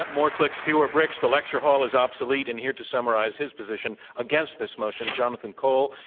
more clicks, fewer bricks the lecture hall is obsolete. and here to summarize his position against this motion, jonathan cole.